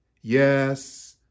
yes